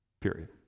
Period